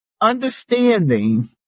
understanding